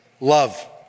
love